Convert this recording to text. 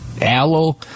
Aloe